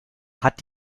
hat